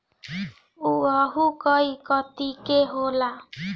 उअहू कई कतीके के होला